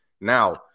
now